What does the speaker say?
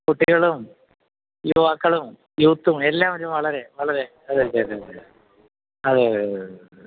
കുട്ടികളും യുവാക്കളും യൂത്തും എല്ലാം ഒരു വളരെ വളരെ അതെ അതെ അതെ അതെ അതെ അതെ അതെ അതെ